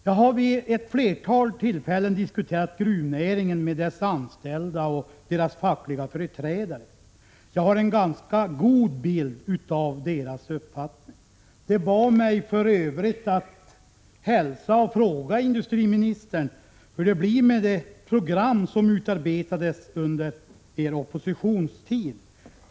Jag har vid ett flertal tillfällen diskuterat gruvnäringen med dess anställda och med dess fackliga företrädare, och jag har en ganska god bild av deras uppfattning. De bad mig för övrigt att hälsa och fråga industriministern hur det blir med det program som utarbetades under er oppositionstid.